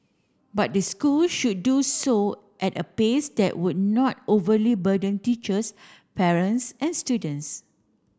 but the school should do so at a pace that would not overly burden teachers parents and students